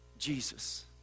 Jesus